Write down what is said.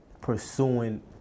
pursuing